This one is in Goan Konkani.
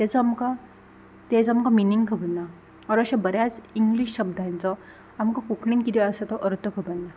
ताजो आमकां ताजो आमकां मिनींग खबर ना ऑर अशे बऱ्याच इंग्लीश शब्दांचो आमकां कोंकणीन कितें आसा तो अर्थ खबर ना